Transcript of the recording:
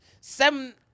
Seven